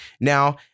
Now